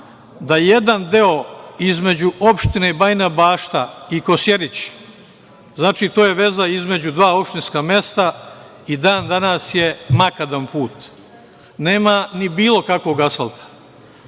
da jedan deo između opštine Bajina Bašta i Kosjerić, znači, to je veza između dva opštinska mesta, i dan danas je makadam put. Nema ni bilo kakvog asfalta. Dalje,